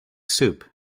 soup